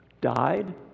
Died